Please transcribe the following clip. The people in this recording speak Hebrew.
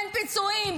אין פיצויים,